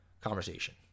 conversation